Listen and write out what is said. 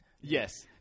Yes